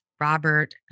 Robert